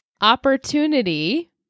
Opportunity